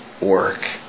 work